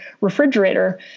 refrigerator